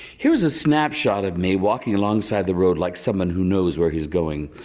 here was a snapshot of me walking along side the road like someone who knows where he's going.